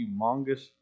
humongous